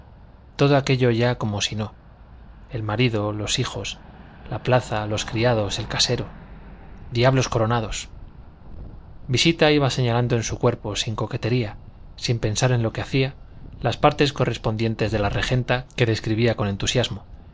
todo aquello ya como si no el marido los hijos la plaza los criados el casero diablos coronados visita iba señalando en su cuerpo sin coquetería sin pensar en lo que hacía las partes correspondientes de la regenta que describía con entusiasmo